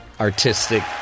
artistic